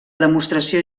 demostració